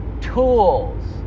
tools